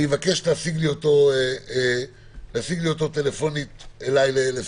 אני אבקש להשיג לי אותו טלפונית לשיחה.